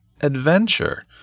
adventure